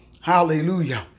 Hallelujah